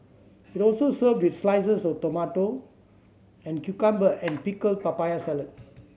it also served with slices of tomato and cucumber and pickled papaya salad